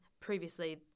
previously